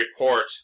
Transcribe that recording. report